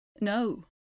No